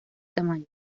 tamaños